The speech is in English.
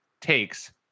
takes